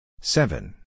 Seven